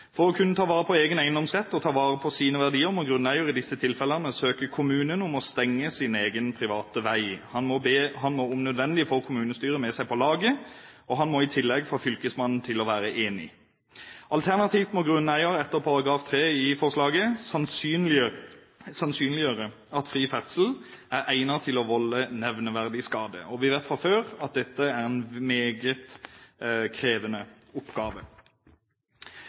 For å kunne ta vare på egen eiendomsrett og for å kunne ta vare på sine verdier må grunneieren i disse tilfellene søke kommunen om å stenge sin egen, private vei. Han må om nødvendig få kommunestyret med seg på laget, og han må i tillegg få fylkesmannen til å være enig. Alternativt må grunneier etter § 3 i forslaget sannsynliggjøre at fri ferdsel er egnet til å volde nevneverdig skade. Vi vet fra før at dette er en meget krevende oppgave.